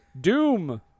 Doom